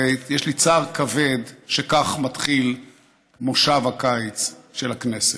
ויש לי צער כבד שכך מתחיל מושב הקיץ של הכנסת.